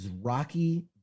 rocky